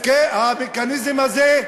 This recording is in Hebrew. המכניזם הזה,